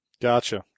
Gotcha